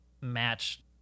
match